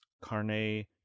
carne